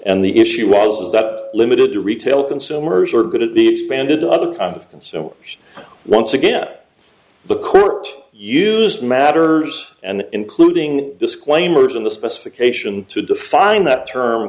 and the issue was that limited to retail consumers or good at the expanded other confidence so once again at the court used matters and including disclaimers in the specification to define that term